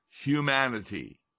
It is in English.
humanity